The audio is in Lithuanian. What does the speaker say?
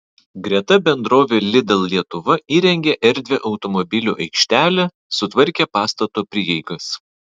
greta bendrovė lidl lietuva įrengė erdvią automobilių aikštelę sutvarkė pastato prieigas